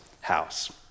house